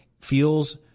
feels